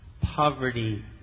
poverty